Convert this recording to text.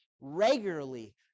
regularly